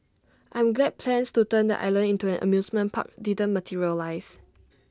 I'm glad plans to turn the island into an amusement park didn't materialise